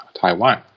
Taiwan